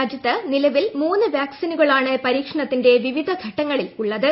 രാജ്യത്ത് നിലവിൽ മൂന്ന് വാക ്സിനുകളാണ് പരീക്ഷണിത്തിന്റെ വിവിധഘട്ടങ്ങളിൽ ഉള്ളത്